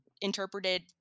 interpreted